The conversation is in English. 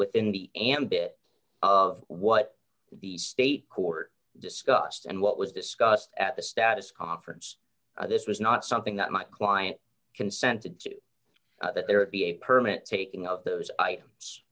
within the ambit of what the state court discussed and what was discussed at the status conference this was not something that my client consented to that there would be a permit taking of those items